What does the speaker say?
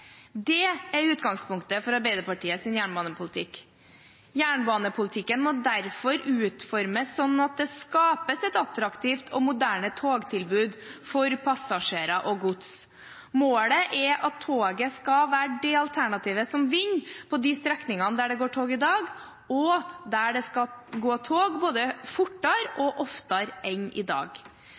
Det er utgangspunktet for Arbeiderpartiets jernbanepolitikk. Jernbanepolitikken må derfor utformes slik at det skapes et attraktivt og moderne togtilbud for passasjerer og gods. Målet er at toget skal være det alternativet som vinner på de strekningene der det går tog i dag, og der det skal gå tog både fortere og oftere enn i dag.